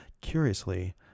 curiously